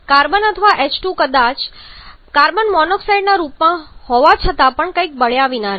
carbon અથવા H2 અથવા કદાચ કાર્બન મોનોક્સાઇડના રૂપમાં હોવા છતાં પણ કંઈક બળ્યા વિના રહેશે